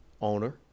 owner